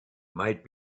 might